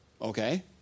Okay